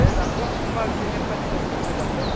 এই যাম দিয়ক কোনোবা একদিন এইকেইটা দিনৰ ভিতৰতে যাম দিয়ক